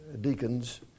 deacons